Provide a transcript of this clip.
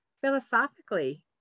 philosophically